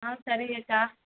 ஆ சரிங்கக்கா